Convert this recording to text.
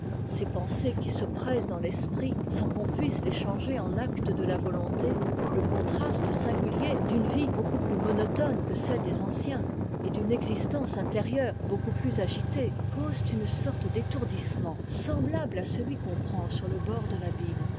ces pensées qui se pressent dans l'esprit sans qu'on puisse les changer en acte de la volonté le contraste singulier d'une vie beaucoup plus monotone que celle des anciens et d'une existence intérieure beaucoup plus agitée causent une sorte d'étourdissement semblable à celui qu'on prend sur le bord de l'abîme